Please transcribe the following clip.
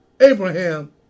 Abraham